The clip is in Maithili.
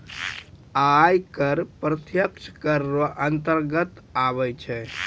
आय कर प्रत्यक्ष कर रो अंतर्गत आबै छै